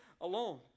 alone